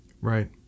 right